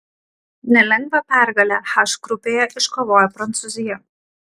nelengvą pergalę h grupėje iškovojo prancūzija